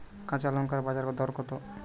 কাঁচা লঙ্কার বাজার দর কত?